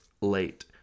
late